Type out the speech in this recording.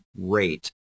rate